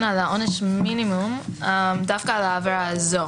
על עונש המינימום דווקא על העבירה הזאת.